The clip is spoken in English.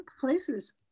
places